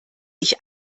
ich